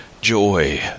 joy